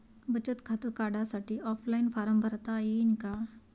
बचत खातं काढासाठी ऑफलाईन फारम भरता येईन का?